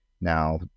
now